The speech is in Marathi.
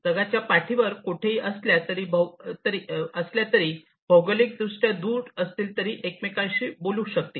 जगाच्या पाठीवर कोठेही असल्या तरी भौगोलिक दृष्ट्या दूर असतील तरी एकमेकांशी बोलू शकतील